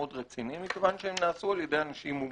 רציני מכיוון שהם נעשו על ידי אנשים מומחים.